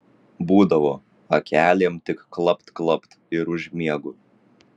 būdavo akelėm tik klapt klapt ir užmiegu